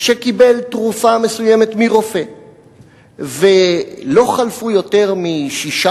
שקיבל תרופה מסוימת מרופא ולא חלפו יותר משישה